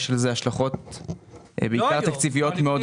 יש לזה השלכות בעיקר תקציביות מאוד גדולות.